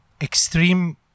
extreme